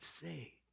say